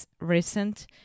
recent